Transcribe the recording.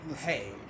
Hey